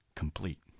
complete